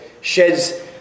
sheds